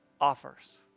offers